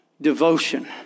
Devotion